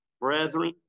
Brethren